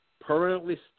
permanently